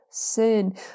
Sin